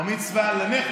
בר-מצווה לנכד?